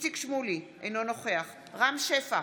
איציק שמולי, אינו נוכח רם שפע,